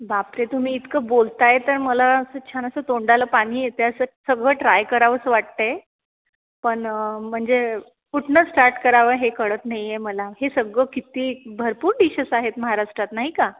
बापरे तुम्ही इतक बोलताय तर मला खुप छान अस तोंडाला पाणी येतय अस सगळ ट्राय करावस वाटतय पण म्हणजे कुठन स्टार्ट कराव हे कळत नाहीय मला मी सगळ किती भरपूर डिशेस आहेत महाराष्ट्रातात नाही का